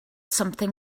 something